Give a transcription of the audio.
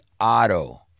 Auto